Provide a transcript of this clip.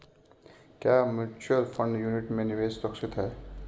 क्या mutual fund unit में निवेश सुरक्षित है?